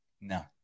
No